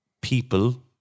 people